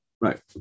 Right